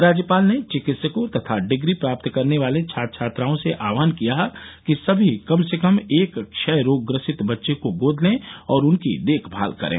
राज्यपाल ने चिकित्सकों तथा डिग्री प्राप्त करने वाले छात्र छात्राओं से आह्वान किया कि सभी कम से कम एक क्षय रोग ग्रसित बच्चे को गोद लें और उनकी देखभाल करें